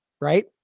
right